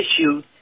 issues